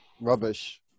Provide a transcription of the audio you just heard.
Rubbish